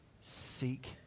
Seek